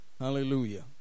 Hallelujah